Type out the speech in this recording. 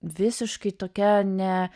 visiškai tokia ne